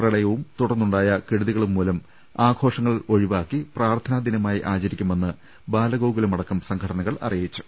പ്രളയവും തുടർന്നുണ്ടായ കെടുതികളും മൂലം ആഘോഷങ്ങൾ ഒഴിവാക്കി പ്രാർത്ഥനാ ദിനമായി ആച രിക്കുമെന്ന് ബാലഗോകുലമടക്കം സംഘടനകൾ അറി യിച്ചു